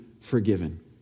forgiven